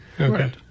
Okay